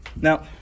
now